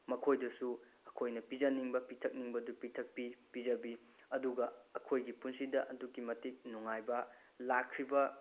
ꯃꯈꯣꯏꯗꯁꯨ ꯑꯩꯈꯣꯏꯅ ꯄꯤꯖꯅꯤꯡꯕ ꯄꯤꯊꯛꯅꯤꯡꯕꯗꯨ ꯄꯤꯊꯛꯄꯤ ꯄꯤꯖꯕꯤ ꯑꯗꯨꯒ ꯑꯩꯈꯣꯏꯒꯤ ꯄꯨꯟꯁꯤꯗ ꯑꯗꯨꯛꯀꯤ ꯃꯇꯤꯛ ꯅꯨꯡꯉꯥꯏꯕ ꯂꯥꯛꯈ꯭ꯔꯤꯕ